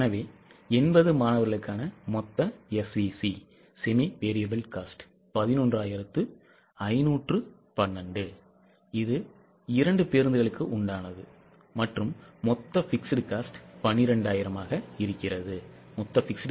எனவே 80 மாணவர்களுக்கான மொத்த SVC 11512 இது 2 பேருந்துகளுக்கு உண்டானது மற்றும் மொத்த fixed cost 12000